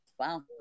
Wow